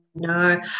no